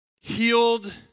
healed